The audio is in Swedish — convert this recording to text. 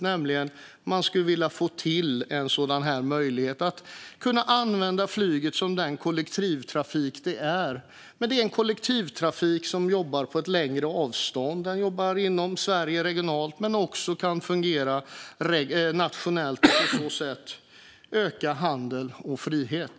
Det är nämligen att man skulle vilja få till en möjlighet att använda flyget som den kollektivtrafik det är. Det är en kollektivtrafik som jobbar på längre avstånd. Den jobbar inom Sverige, regionalt, men kan också fungera nationellt och på så sätt öka handel och frihet.